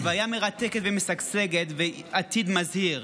הווייה מרתקת ומשגשגת ועתיד מזהיר,